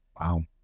Wow